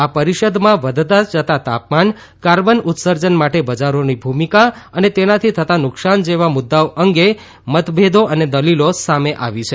આ પરિષદમાં વધતા જતા તાપમાન કાર્બન ઉત્સર્જન માટે બજારોની ભૂમિકા અને તેનાથી થતા નુકશાન જેવા મુદ્દાઓ અંગે મતભેદો અને દલિલો સામે આવી છે